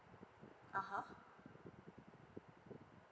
uh (huh)